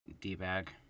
D-bag